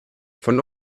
von